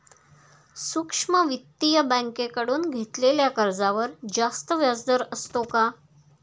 सूक्ष्म वित्तीय बँकेकडून घेतलेल्या कर्जावर जास्त व्याजदर असतो का?